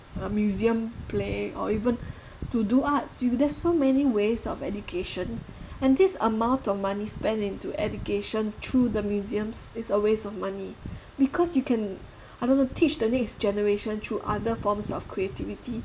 a museum play or even to do arts there's so many ways of education and this amount of money spent into education through the museums is a waste of money because you can I don't know teach the next generation through other forms of creativity